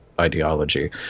ideology